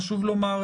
חשוב לומר,